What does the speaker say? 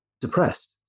depressed